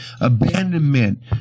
Abandonment